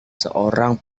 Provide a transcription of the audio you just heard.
seorang